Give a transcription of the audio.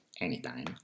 anytime